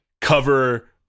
cover